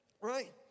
right